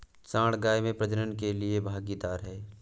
सांड गाय में प्रजनन के लिए भागीदार है